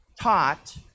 taught